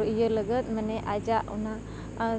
ᱤᱭᱟᱹ ᱞᱟᱹᱜᱤᱫ ᱢᱟᱱᱮ ᱟᱡᱟᱜ ᱚᱱᱟ